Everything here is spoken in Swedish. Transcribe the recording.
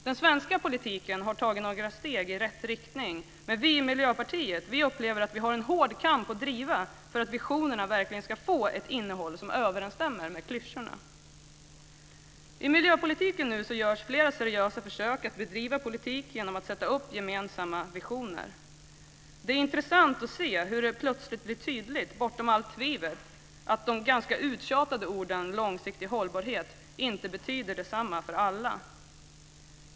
Den svenska politiken har tagit några steg i rätt riktning, men vi i Miljöpartiet upplever att vi har en hård kamp att driva för att visionerna verkligen ska få ett innehåll som överensstämmer med klyschorna. I miljöpolitiken görs nu flera seriösa försök att bedriva politik genom att sätta upp gemensamma visioner. Det är intressant att se hur det plötsligt blir tydligt bortom allt tvivel att de ganska uttjatade orden "långsiktig hållbarhet" inte betyder detsamma för alla.